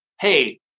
hey